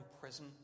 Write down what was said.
prison